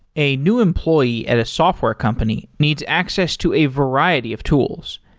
a new employee at a software company needs access to a variety of tools.